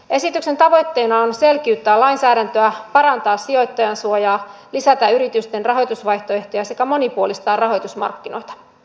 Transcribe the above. esityksen tavoitteena on selkiyttää lainsäädäntöä parantaa sijoittajansuojaa lisätä yritysten rahoitusvaihtoehtoja sekä monipuolistaa rahoitusmarkkinoita